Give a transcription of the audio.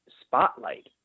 spotlight